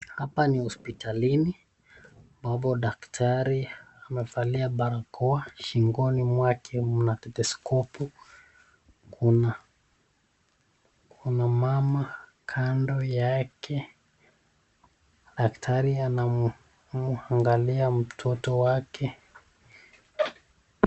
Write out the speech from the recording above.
Hapa ni hospitalini ambapo daktari amevalia barakoa shingoni mwake mna stetoskopu kuna kuna mama kando yake, daktari anamwangalia mtoto wake.